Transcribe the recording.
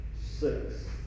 six